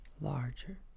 larger